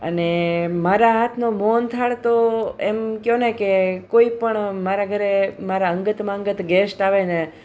અને મારા હાથનો મોહનથાળ તો એમ કહોને કે કોઈપણ મારા ઘરે મારા અંગતમાં અંગત ગેસ્ટ આવેને